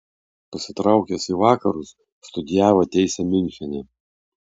pasitraukęs į vakarus studijavo teisę miunchene